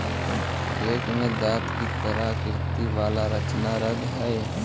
rake में दाँत के तरह आकृति वाला रचना रहऽ हई